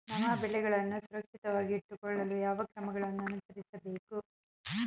ನಮ್ಮ ಬೆಳೆಗಳನ್ನು ಸುರಕ್ಷಿತವಾಗಿಟ್ಟು ಕೊಳ್ಳಲು ಯಾವ ಕ್ರಮಗಳನ್ನು ಅನುಸರಿಸಬೇಕು?